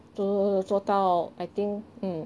做做做做做到 I think mm